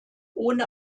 ohne